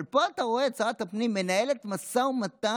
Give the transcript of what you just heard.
אבל פה אתה רואה את שרת הפנים מנהלת משא ומתן,